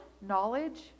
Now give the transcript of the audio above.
knowledge